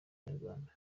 inyarwanda